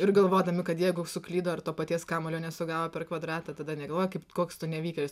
ir galvodami kad jeigu suklydo ir to paties kamuolio nesugavo per kvadratą tada negalvojo kaip koks tu nevykėlis